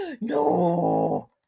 No